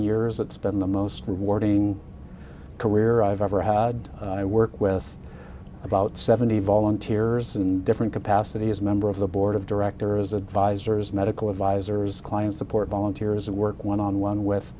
years it's been the most rewarding career i've ever had i work with about seventy volunteers in different capacities member of the board of directors advisors medical advisors clients support volunteers and work one on one with